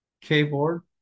keyboard